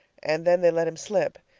and then they let him slip.